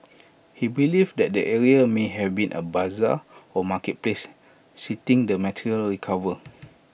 he believed that the area may have been A Bazaar or marketplace citing the material recovered